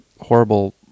horrible